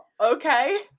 Okay